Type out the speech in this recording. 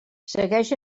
segueix